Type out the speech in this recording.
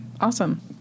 Awesome